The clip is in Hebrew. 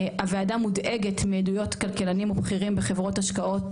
הוועדה מודאגת מעדויות כלכלנים ובכירים בחברות השקעות,